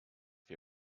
for